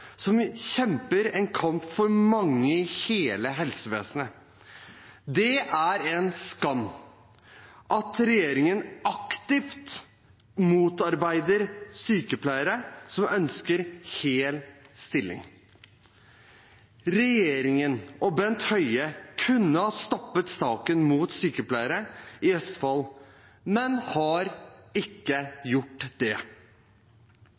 som kjemper en kamp for mange i hele helsevesenet. Det er en skam at regjeringen aktivt motarbeider sykepleiere som ønsker hel stilling. Regjeringen og Bent Høie kunne ha stoppet saken mot sykepleierne i Østfold, men har ikke gjort det.